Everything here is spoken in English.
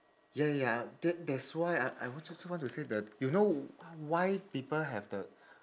ya ya ya that that's why I I just want to say that you know why people have the